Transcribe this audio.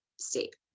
state